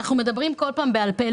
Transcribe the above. אנחנו מדברים כל פעם בעל פה.